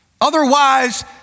Otherwise